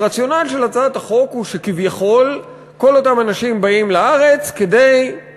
הרציונל של הצעת החוק הוא שכביכול כל אותם אנשים באים לארץ כדי,